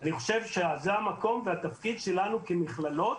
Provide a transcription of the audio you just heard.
אני חושב שזה המקום והתפקיד שלנו כמכללות